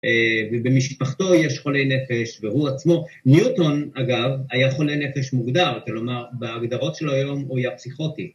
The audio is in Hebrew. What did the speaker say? ‫ובמשפחתו יש חולי נפש, והוא עצמו. ‫ניוטון, אגב, היה חולה נפש מוגדר, ‫כלומר, בהגדרות של היום ‫הוא היה פסיכוטי.